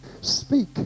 Speak